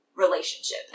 relationship